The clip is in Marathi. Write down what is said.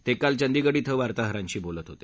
ते काल चंदीगढ क्वे वार्ताहरांशी बोलत होते